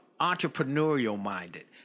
entrepreneurial-minded